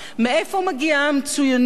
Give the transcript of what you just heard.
מאיפה מגיעה המצוינות?